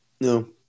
No